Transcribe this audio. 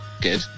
Good